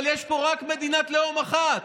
אבל יש פה רק מדינת לאום אחת.